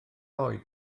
oed